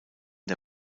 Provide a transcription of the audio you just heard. der